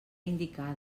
indicada